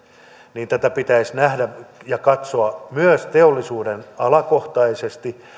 niin tätä pitäisi nähdä ja katsoa myös teollisuudenalakohtaisesti